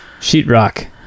sheetrock